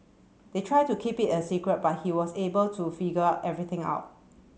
they tried to keep it a secret but he was able to figure everything out